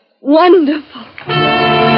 wonderful